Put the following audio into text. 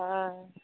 हँ